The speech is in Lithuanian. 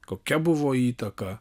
kokia buvo įtaką